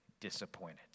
disappointed